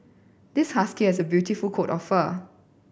this husky has a beautiful coat of fur